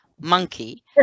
monkey